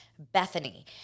Bethany